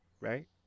right